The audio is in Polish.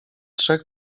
trzech